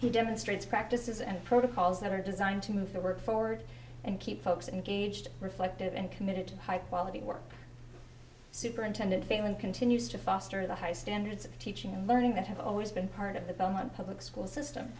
initiatives demonstrates practices and protocols that are designed to move the work forward and keep folks in gauged reflective and committed to high quality work superintendent fame and continues to foster the high standards of teaching and learning that have always been part of the belmont public school system